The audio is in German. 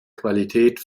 qualität